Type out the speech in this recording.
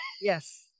yes